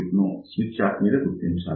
81 ను Smith chart మీద గుర్తించాలి